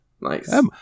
Nice